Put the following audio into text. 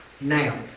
Now